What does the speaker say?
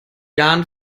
jahren